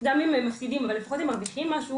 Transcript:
גם אם הם מפסידים, אבל לפחות הם מרוויחים משהו,